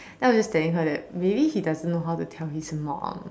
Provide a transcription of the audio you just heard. then I was just telling her that maybe he doesn't know how to tell his mom